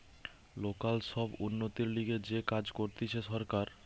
local সব উন্নতির লিগে যে কাজ করতিছে সরকার